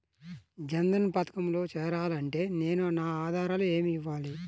జన్ధన్ పథకంలో చేరాలి అంటే నేను నా ఆధారాలు ఏమి ఇవ్వాలి?